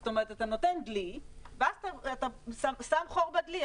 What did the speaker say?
זאת אומרת, אתה נותן דלי ואז אתה שם חור בדלי.